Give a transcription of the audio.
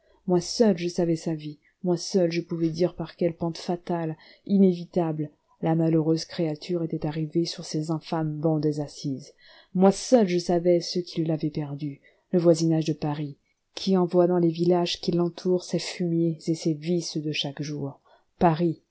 moi seul je savais sa vie moi seul je pouvais dire par quelle pente fatale inévitable la malheureuse créature était arrivée sur ces infâmes bancs des assises moi seul je savais ce qui l'avait perdue le voisinage de paris qui envoie dans les villages qui l'entourent ses fumiers et ses vices de chaque jour paris